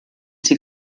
sie